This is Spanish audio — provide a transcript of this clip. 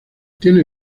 tiene